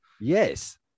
Yes